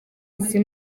izi